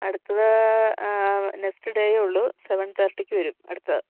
അടുത്തത് നെക്സ്റ്റ് ഡേയെ ഉള്ളൂ സെവൻ തേർട്ടിയ്ക്ക് വരും അടുത്തത്